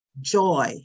joy